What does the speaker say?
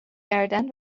کردن